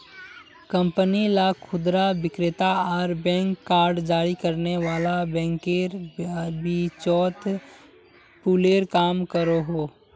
company ला खुदरा विक्रेता आर बैंक कार्ड जारी करने वाला बैंकेर बीचोत पूलेर काम करोहो